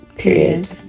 period